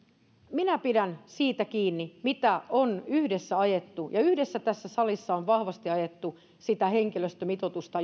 minä pidän siitä kiinni mitä on yhdessä ajettu ja yhdessä tässä salissa on vahvasti ajettu sitä henkilöstömitoitusta